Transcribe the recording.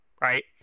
right